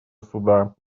суда